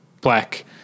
black